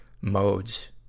modes